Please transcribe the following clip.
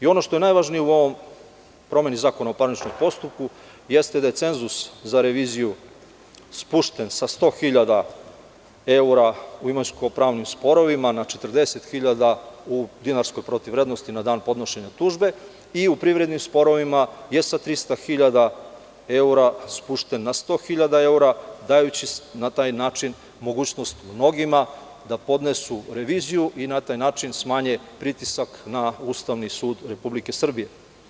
Ono što je najvažnije u promeni Zakonu o parničnom postupku jeste da je cenzus za reviziju spušten sa 100.000 evra u imovinsko-pravnim sporovima na 40.000 u dinarskoj protivvrednosti na dan podnošenja tužbe i u privrednim sporovima je sa 300.000 evra spušten na 100.000 evra, dajući na taj način mogućnost mnogima da podnesu reviziju i da na taj način smanje pritisak na Ustavni sud Republike Srbije.